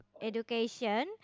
Education